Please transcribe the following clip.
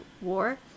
War